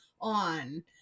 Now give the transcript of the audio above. on